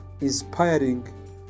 inspiring